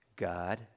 God